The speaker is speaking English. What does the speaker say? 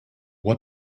what